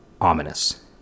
ominous